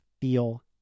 feel